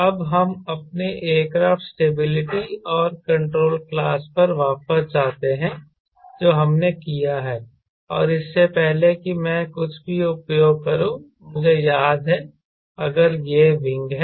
अब हम अपने एयरक्राफ्ट स्टेबिलिटी और कंट्रोल क्लास पर वापस जाते हैं जो हमने किया है और इससे पहले कि मैं कुछ भी उपयोग करूं मुझे याद है अगर यह विंग है